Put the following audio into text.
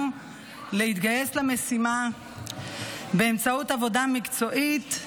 להתגייס למשימה באמצעות עבודה מקצועית,